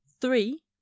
Three